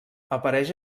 apareix